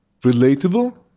relatable